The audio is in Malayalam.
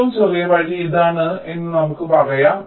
ഏറ്റവും ചെറിയ വഴി ഇതാണ് എന്ന് നമുക്ക് പറയാം